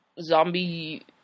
zombie